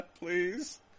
please